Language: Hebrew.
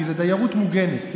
כי זה דיירות מוגנת.